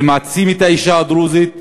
זה מעצים את האישה הדרוזית,